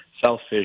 selfish